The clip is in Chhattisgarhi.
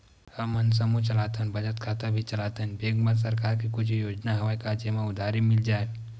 हमन समूह चलाथन बचत खाता भी चलाथन बैंक मा सरकार के कुछ योजना हवय का जेमा उधारी मिल जाय?